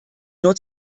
nur